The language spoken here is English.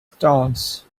stones